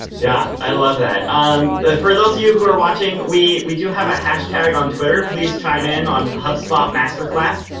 yeah, i love that. um for those of you who are watching, we we do have a hashtag on twitter. please chime in on hubspotmasterclass,